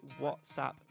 WhatsApp